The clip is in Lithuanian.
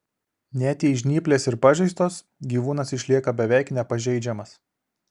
net jei žnyplės ir pažeistos gyvūnas išlieka beveik nepažeidžiamas